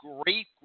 great